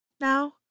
now